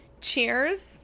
Cheers